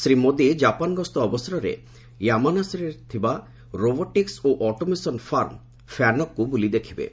Shri Modi Japan ଗସ୍ତ ଅବସରରେ ୟାମାନାସିଠାରେ ଥିବା ରୋବୋଟିକ୍ସ ଓ ଅଟୋମେସନ୍ ଫାର୍ମ 'ଫ୍ୟାନକ୍'କୁ ବୁଲି ଦେଖିବେ